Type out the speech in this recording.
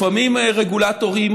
לפעמים רגולטורים